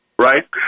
right